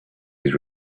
his